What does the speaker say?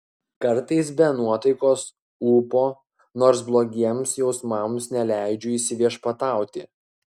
kartais be nuotaikos ūpo nors blogiems jausmams neleidžiu įsiviešpatauti